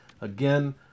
again